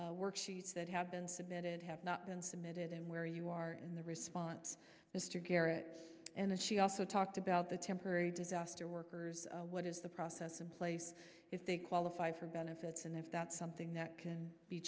current work sheets that have been submitted have not been submitted and where you are in the response mr garrett and she also talked about the temporary disaster workers what is the process in place if they qualify for benefits and if that's something that can be